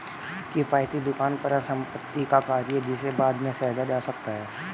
किफ़ायती दुकान परिसंपत्ति का कार्य है जिसे बाद में सहेजा जा सकता है